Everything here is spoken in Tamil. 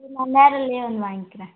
சரி நான் நேரிலையே வந்து வாங்கிக்கிறேன்